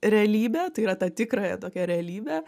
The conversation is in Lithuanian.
realybę tai yra tą tikrąją tokią realybę